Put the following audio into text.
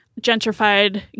gentrified